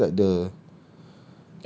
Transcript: that's like the